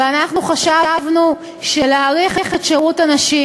ואנחנו חשבנו שלהאריך את שירות הנשים